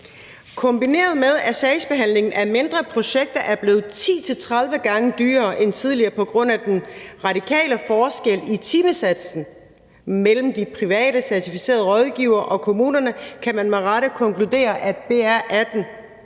kombineret med, at sagsbehandlingen af mindre projekter er blevet 10-30 gange dyrere end tidligere på grund af den radikale forskel i timesatsen mellem de private certificerede rådgivere og kommunerne, kan man med rette konkludere, at BR18